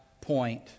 point